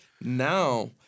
Now